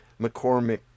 mccormick